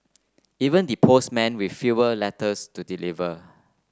even the postmen with fewer letters to deliver